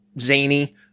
zany